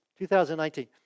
2019